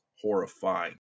horrifying